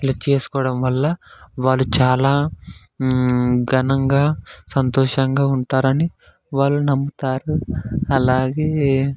ఇలా చేసుకోవడం వల్ల వాళ్ళు చాలా ఘనంగా సంతోషంగా ఉంటారని వాళ్ళు నమ్ముతారు అలాగే